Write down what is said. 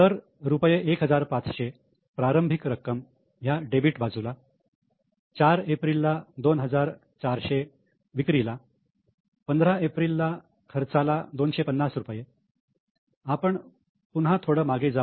तर रुपये 1500 प्रारंभिक रक्कम ह्या डेबिट बाजूला 4 एप्रिलला 2400 विक्रीला 15 एप्रिलला खर्चाला 250 आपण पुन्हा थोडं मागे जाऊ